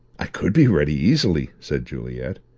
i could be ready, easily, said juliet.